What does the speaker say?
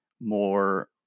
more